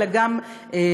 אלא גם אחריו.